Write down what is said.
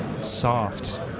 Soft